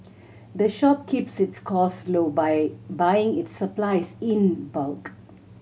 the shop keeps its costs low by buying its supplies in bulk